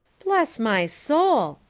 bless my soul.